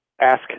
ask